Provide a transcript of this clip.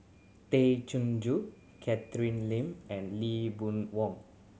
Tay Chin Joo Catherine Lim and Lee Boon Wang